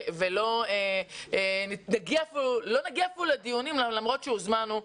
לא נגיע פה לדיונים למרות שהוזמנו,